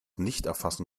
nichterfassen